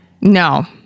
No